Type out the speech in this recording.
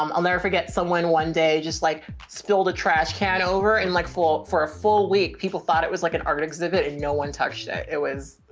um i'll never forget someone one day, just like spilled a trash can over and like full for a full week people thought it was like an art exhibit and no one touched it. it was,